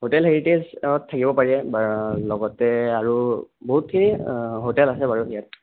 hotel হেৰিটেজত থাকিব পাৰে বা লগতে আৰু বহুতখিনি হোটেল আছে বাৰু ইয়াত